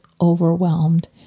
overwhelmed